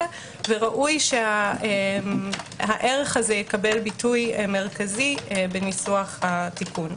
וראוי שהערך הזה יקבל ביטוי מרכזי בניסוח התיקון.